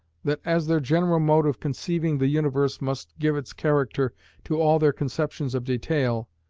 that as their general mode of conceiving the universe must give its character to all their conceptions of detail,